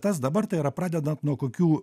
tas dabar tai yra pradedant nuo kokių